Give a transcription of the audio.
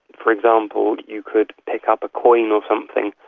for example, you could pick up a coin or something,